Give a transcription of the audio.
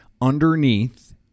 underneath